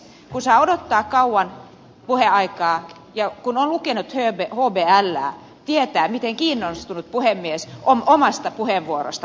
kun saa odottaa kauan puheaikaa ja kun on lukenut hblää tietää miten kiinnostunut puhemies on omasta puheenvuorostaan